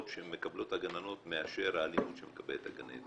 שמקבלות הגננות מאשר האלימות שמקבלת הגננת,